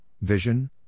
vision